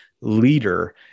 leader